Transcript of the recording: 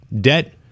debt